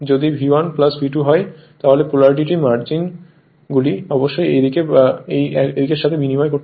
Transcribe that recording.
যদি V1 V2 হয় তাহলে পোলারিটি মার্জিন গুলি অবশ্যই এই দিকে বা এই দিকের সাথে বিনিময় করতে হবে